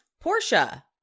Portia